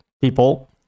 people